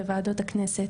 בוועדות הכנסת,